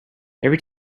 every